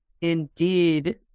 Indeed